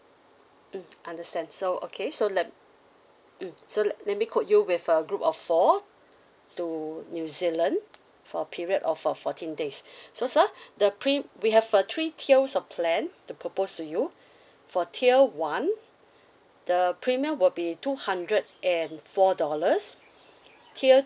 mm understand so okay so let mm so let me quote you with a group of four to new zealand for a period of for fourteen days so sir the prem~ we have a three tier of plan to propose to you for tier one the premium will be two hundred and four dollars tier